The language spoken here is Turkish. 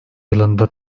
yılında